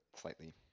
slightly